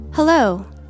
Hello